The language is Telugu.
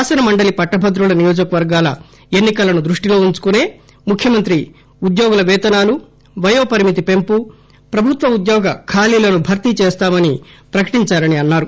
శాసన మండలి పట్టభద్రుల నియోజక వర్గాల ఎన్ని కలను దృష్టిలో ఉంచుకునే ముఖ్యమంత్రి ఉద్యోగుల పేతనాలువయో పరిమితి పెంపు ప్రభుత్వ ఉద్యోగ ఖాళీలను భర్తీ చేస్తామని ప్రకటించారని అన్నారు